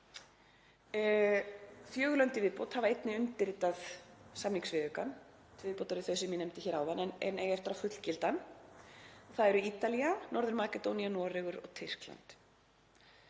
Fjögur lönd í viðbót hafa einnig undirritað samningsviðaukann, til viðbótar við þau sem ég nefndi hér áðan en eiga eftir að fullgilda hann. Það eru Ítalía, Norður-Makedónía, Noregur og Tyrkland.